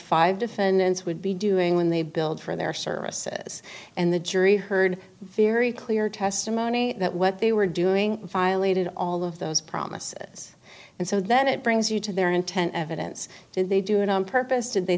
five defendants would be doing when they billed for their services and the jury heard very clear testimony that what they were doing violated all of those promises and so that it brings you to their intent evidence did they do it on purpose did they